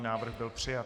Návrh byl přijat.